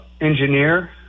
engineer